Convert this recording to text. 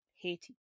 haiti